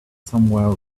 somewhere